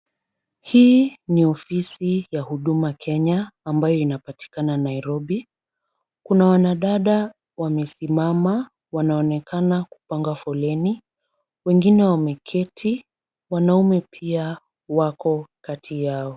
Hii ni ofisi ya huduma Kenya ambayo inapatikana Nairobi. Kuna wanadada wamesimama wanaonekana kupanga foleni, wengine wameketi. Wanaume pia wako kati yao.